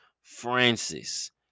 francis